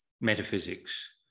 metaphysics